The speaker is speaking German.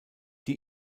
die